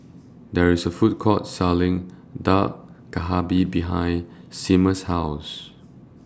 There IS A Food Court Selling Dak behind Seamus' House